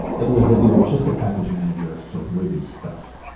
it was that we were just a package manager for ruby stuff.